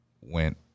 went